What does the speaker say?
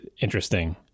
interesting